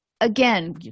again